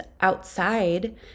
outside